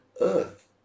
earth